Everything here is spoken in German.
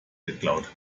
geklaut